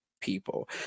people